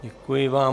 Děkuji vám.